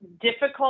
difficult